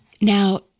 Now